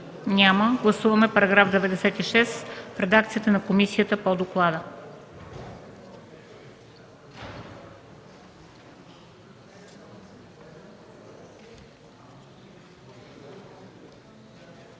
Няма. Гласуваме § 96 в редакцията на комисията по доклада.